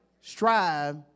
strive